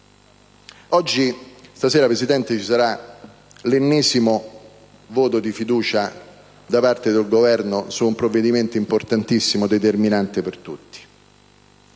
stasera ci sarà l'ennesimo voto di fiducia richiesto dal Governo su un provvedimento importantissimo, determinante per tutti.